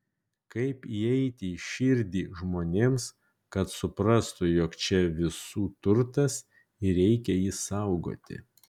kaip įeiti į širdį žmonėms kad suprastų jog čia visų turtas ir reikia jį saugoti